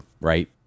right